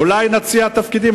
אולי נציע תפקידים?